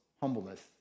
Humbleness